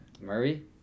Murray